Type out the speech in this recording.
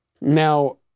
Now